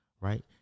right